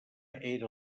era